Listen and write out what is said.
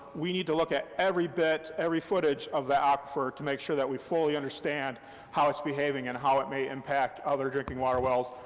we need to look at every bit, every footage of that aquifer, to make sure that we fully understand how it's behaving and how it may impact other drinking water wells,